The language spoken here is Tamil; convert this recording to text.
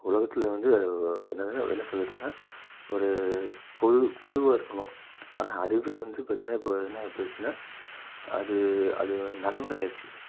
உலகத்தில் வந்து என்னதுன்னா என்ன சொல்லுறதுனா ஒரு பொது பொதுவாக இருக்கணும் ஆனால் அதுவே வந்து பார்த்திங்கனா இப்போ என்ன ஆகி போய்ருச்சுன்னா அது அது நடைமுறை ஆயிருச்சு